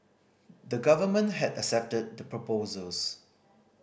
the Government had accepted the proposals